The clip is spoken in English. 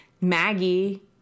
Maggie